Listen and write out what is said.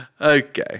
Okay